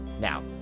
Now